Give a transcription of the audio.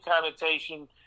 connotation